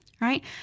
right